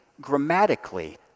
grammatically